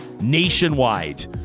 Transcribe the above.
nationwide